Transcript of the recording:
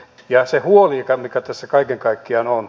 ja se huoli mikä tässä kaiken kaikkiaan on